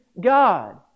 God